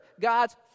God's